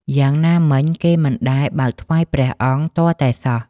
យ៉ាងណាមិញ គេមិនដែល បើកថ្វាយព្រះអង្គ ទាល់តែសោះ ។